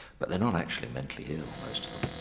but they are not actually mentally ill, most of them.